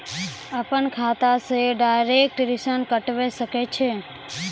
अपन खाता से डायरेक्ट ऋण कटबे सके छियै?